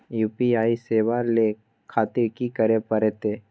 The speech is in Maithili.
यू.पी.आई सेवा ले खातिर की करे परते?